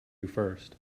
first